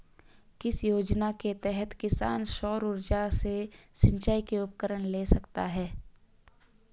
किस योजना के तहत किसान सौर ऊर्जा से सिंचाई के उपकरण ले सकता है?